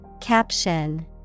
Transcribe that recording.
Caption